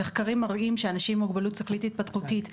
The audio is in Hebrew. המחקר מראים שאנשים עם מוגבלות שכלית-התפתחותית,